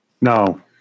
No